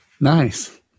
nice